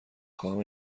خواهم